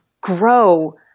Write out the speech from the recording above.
grow